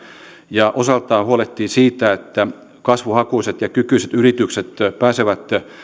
ja osaltaan huolehtii siitä että kasvuhakuiset ja kykyiset yritykset pääsevät